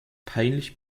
peinlich